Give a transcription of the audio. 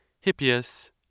Hippias